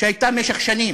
שהייתה במשך שנים.